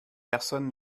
personne